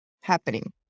happening